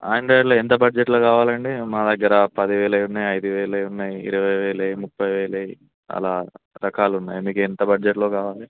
యాండ్రాయిడ్లో ఎంత బడ్జెట్లో కావాలండీ మా దగ్గర పదివేలవి ఉన్నాయి ఐదువేలవి ఉన్నాయి ఇరవై వేలవి ముప్పై వేలవి అలా రకాలున్నాయి మీకు ఎంత బడ్జెట్లో కావాలి